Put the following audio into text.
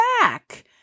back